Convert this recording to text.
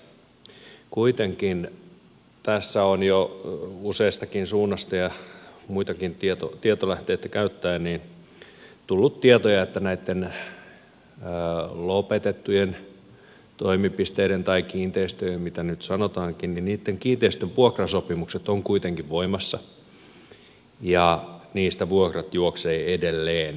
kuitenkin tässä on jo useastakin suunnasta ja muitakin tietolähteitä käyttäen tullut tietoja että näitten lopetettujen toimipisteiden tai kiinteistöjen mitä nyt sanotaankin vuokrasopimukset ovat kuitenkin voimassa ja niistä vuokrat juoksevat edelleen